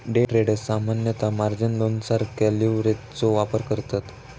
day traders सामान्यतः margin लोनसारख्या लीव्हरेजचो वापर करतत